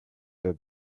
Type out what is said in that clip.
that